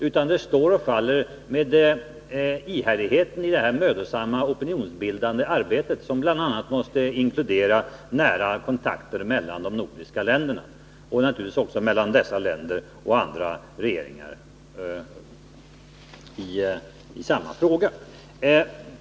Avgörande är ihärdigheten i det mödosamma opinionsbildande arbetet som bl.a. måste inkludera nära kontakter mellan de nordiska länderna och naturligtvis också mellan dessa länder och andra regeringar.